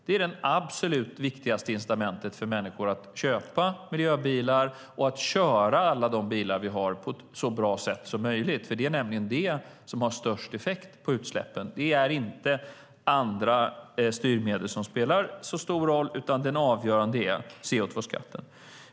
Det är det absolut viktigaste incitamentet för människor att köpa miljöbilar och att köra alla de bilar som vi har på ett så bra sätt som möjligt. Det är nämligen det som har störst effekt på utsläppen. Det är inte andra styrmedel som spelar så stor roll, utan det avgörande är CO2-skatten.